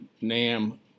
Nam